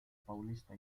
paulista